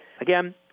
Again